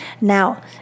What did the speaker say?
Now